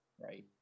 right